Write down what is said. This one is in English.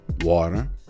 water